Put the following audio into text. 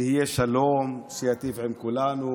שיהיה שלום שייטיב עם כולנו,